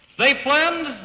they planned,